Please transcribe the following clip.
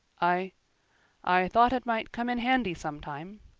i i thought it might come in handy sometime,